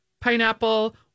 pineapple